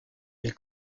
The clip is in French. ils